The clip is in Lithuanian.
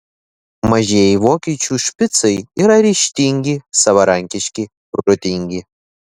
mažieji vokiečių špicai yra ryžtingi savarankiški protingi